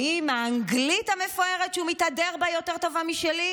האם האנגלית המפוארת שהוא מתהדר בה יותר טובה משלי?